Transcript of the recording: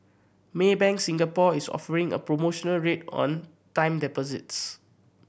Maybank Singapore is offering a promotional rate on time deposits